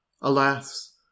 Alas